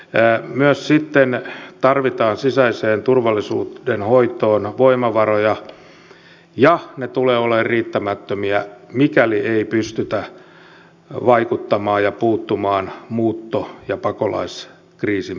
myös sitten tarvitaan sisäisen turvallisuuden hoitoon voimavaroja ja ne tulevat olemaan riittämättömiä mikäli ei pystytä vaikuttamaan ja puuttumaan muutto ja pakolaiskriisin perussyihin